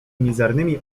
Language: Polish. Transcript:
mizernymi